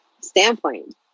standpoint